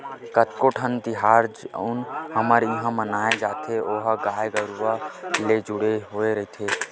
कतको ठन तिहार जउन हमर इहाँ मनाए जाथे ओहा गाय गरुवा ले ही जुड़े होय रहिथे